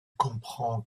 comprend